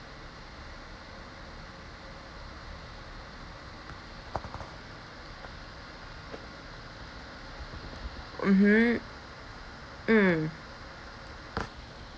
mmhmm mm